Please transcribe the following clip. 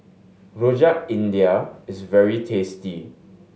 Rojak India is very tasty